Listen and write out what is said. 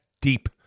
deep